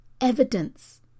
evidence